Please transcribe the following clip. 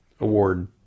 award